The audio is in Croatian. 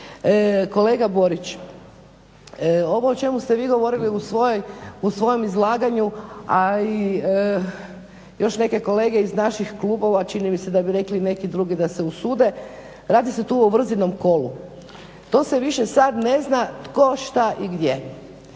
Kolega Borić, ovo o čemu ste vi govorili u svojem izlaganju, a i još neke kolege iz naših klubova čini mi se da bi rekli neki drugi da se usude, radi se tu o … kolu. To se više sad ne zna tko, šta i gdje.